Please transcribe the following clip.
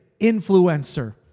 influencer